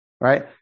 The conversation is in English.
right